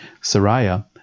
Sariah